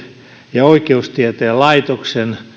ja oikeustieteen laitosten